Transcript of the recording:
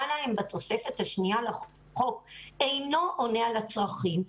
להם בתוספת השנייה לחוק אינו עונה על הצרכים,